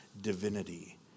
divinity